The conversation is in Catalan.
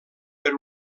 per